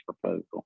proposal